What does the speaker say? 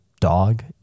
dog